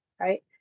Right